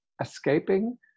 escaping